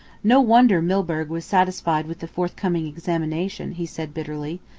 no wonder milburgh was satisfied with the forthcoming examination, he said bitterly.